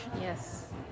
Yes